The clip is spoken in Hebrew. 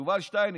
יובל שטייניץ?